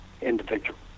individual